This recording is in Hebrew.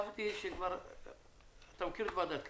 חשבתי שאתה מכיר כבר את ועדת כלכלה.